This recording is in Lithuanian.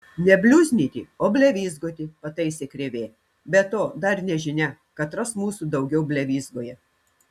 ne bliuznyti o blevyzgoti pataise krėvė be to dar nežinia katras mūsų daugiau blevyzgoja